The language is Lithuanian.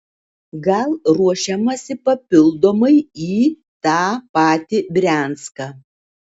gal ruošiamasi papildomai į tą patį brianską